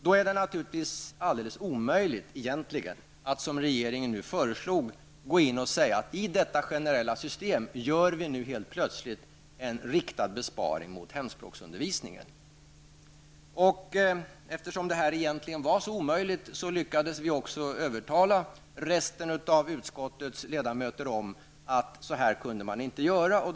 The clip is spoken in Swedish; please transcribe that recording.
Det är då naturligtvis alldeles omöjligt att som regeringen nu föreslår gå in och säga att man i detta generella system helt plötsligt skulle göra en riktad besparing mot hemspråksundervisningen. Eftersom detta egentligen var så omöjligt lyckades vi övertala utskottets övriga ledamöter att man inte kunde göra på detta sätt.